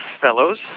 Fellows